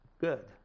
Good